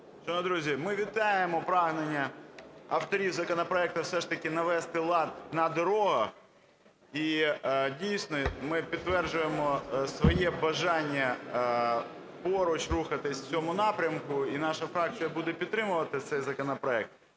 Друзі, ми вітаємо прагнення авторів законопроекту все ж таки навести лад на дорогах. І, дійсно, ми підтверджуємо своє бажання поруч рухатись в цьому напрямку, і наша фракція буде підтримувати цей законопроект.